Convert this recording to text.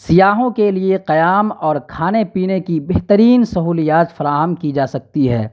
سیاحوں کے لیے قیام اور کھانے پینے کی بہترین سہولیات فراہم کی جا سکتی ہے